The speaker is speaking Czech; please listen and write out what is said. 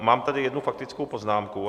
Mám tady jednu faktickou poznámku.